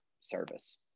service